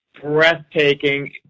breathtaking